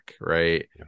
right